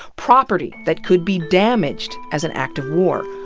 property that could be damaged as an act of war.